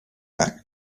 back